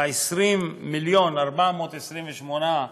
20 המיליון ו-428,000,